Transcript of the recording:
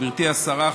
גברתי השרה,